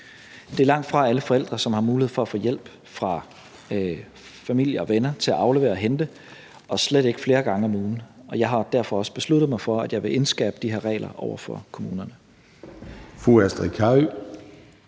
Det er langtfra alle forældre, som har mulighed for at få hjælp fra familie og venner til at aflevere og hente, og slet ikke flere gange om ugen. Jeg har derfor også besluttet mig for, at jeg vil indskærpe de her regler over for kommunerne.